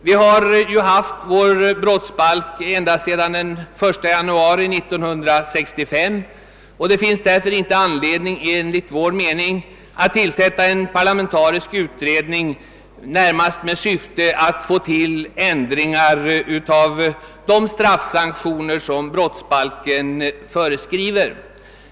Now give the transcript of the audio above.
Vi har haft vår nuvarande brottsbalk sedan den 1 januari 1965, och enligt vår mening finns det ingen anledning att nu tillsätta en parlamentarisk utredning med syfte att göra ändringar i de straffsanktioner som brottsbalken föreskriver.